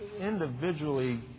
individually